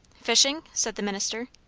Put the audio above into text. fishing? said the minister.